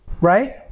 Right